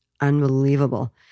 unbelievable